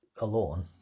alone